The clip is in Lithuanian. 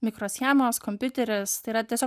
mikroschemos kompiuteris tai yra tiesiog